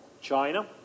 China